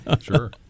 Sure